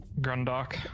Grundok